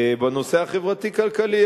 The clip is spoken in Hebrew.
"בנושא החברתי-כלכלי",